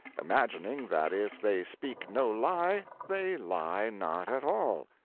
imagining that if they speak no lie, they lie not at all.